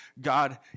God